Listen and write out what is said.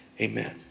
amen